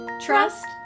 trust